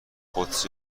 قدسی